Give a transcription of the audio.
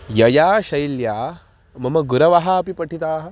यया शैल्या मम गुरवः अपि पठिताः